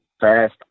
fast